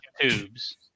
tubes